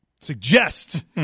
suggest